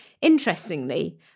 Interestingly